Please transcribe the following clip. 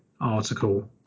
article